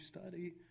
study